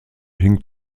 hing